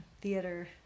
theater